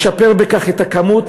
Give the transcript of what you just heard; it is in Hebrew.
לשפר בכך את הכמות,